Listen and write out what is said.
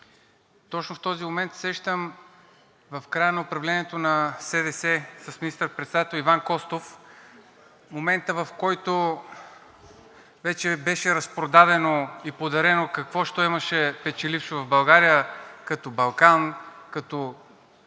Точно в този момент се сещам в края на управлението на СДС с министър-председател Иван Костов момента, в който вече беше разпродадено и подарено какво-що имаше печелившо в България, като „Балкан“, като бившата